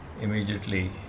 immediately